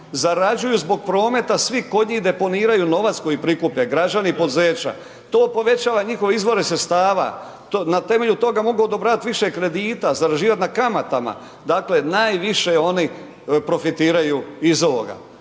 zarađuju zbog prometa, svi kod njih deponiraju novac koji prikupe, građani i poduzeća, to povećava njihove izvore sredstava, na temelju toga mogu odobravat više kredita, zarađivat na kamatama, dakle, najviše oni profitiraju iz ovoga.